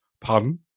Pardon